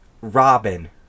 Robin